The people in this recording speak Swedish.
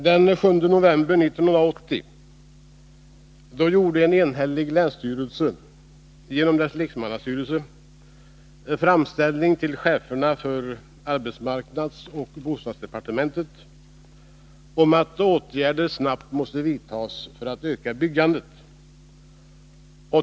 Den 7 november 1980 gjorde en enhällig länsstyrelse genom dess lekmannastyrelse en framställning till cheferna för arbetsmarknadsoch bostadsdepartementen om att åtgärder snabbt måtte vidtas för att öka byggandet.